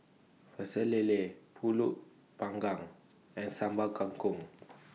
Pecel Lele Pulut Panggang and Sambal Kangkong